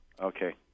Okay